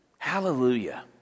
Hallelujah